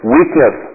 Weakness